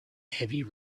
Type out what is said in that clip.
heavy